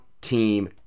team